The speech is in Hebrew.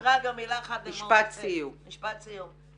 משפט סיום לפרופסור מור יוסף.